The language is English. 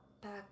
back